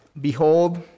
Behold